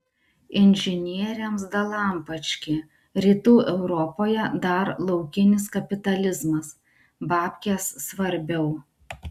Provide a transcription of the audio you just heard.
inžinieriams dalampački rytų europoje dar laukinis kapitalizmas babkės svarbiau